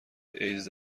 ایدز